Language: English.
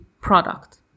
product